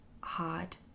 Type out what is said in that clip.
hard